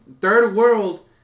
third-world